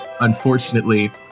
unfortunately